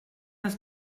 das